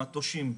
מטושים.